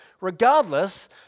regardless